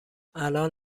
الان